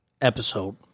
episode